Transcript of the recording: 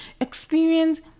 experience